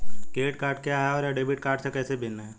Credit card क्या है और यह डेबिट कार्ड से कैसे भिन्न है?